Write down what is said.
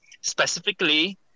Specifically